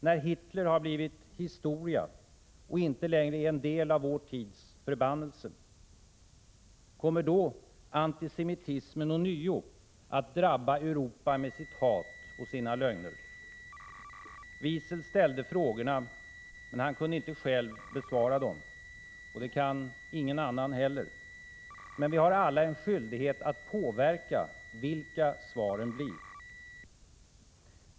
När Hitler har blivit ”historia” och inte längre är en del av vår tids förbannelse? Kommer då antisemitismen att ånyo drabba Europa med sitt hat och sina lögner? Wiesel ställde frågorna men visste inte svaren. Han kunde inte själv besvara dem, och det kan ingen annan heller. Men vi har alla en skyldighet att påverka vilka svaren blir.